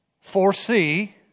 foresee